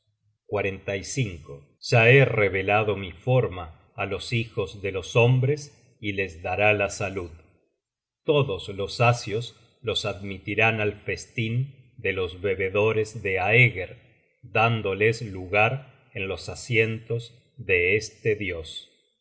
los perros ya he revelado mi forma á los hijos de los hombres y les dará la salud todos los asios los admitirán al festin de los bebedores de aeger dándoles lugar en los asientos de este dios